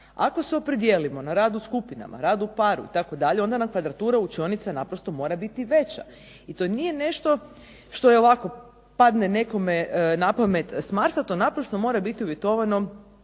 Ako se opredijelimo na rad u skupinama, rad u paru itd., onda nam kvadratura učionice naprosto mora biti veća. I to nije nešto što ovako padne na pamet s Marsa to naprosto mora biti uvjetovano